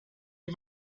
die